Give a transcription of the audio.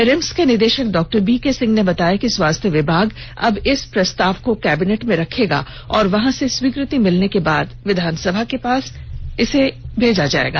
RIMS के निदेषक डॉ बीके सिंह ने बताया कि स्वास्थ्य विभाग अब इस प्रस्ताव को कैबिनेट में रखेगा और वहां से स्वीकृति मिलने के बाद विधानसभा से पास कराया जायेगा